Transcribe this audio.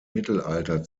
mittelalter